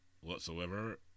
whatsoever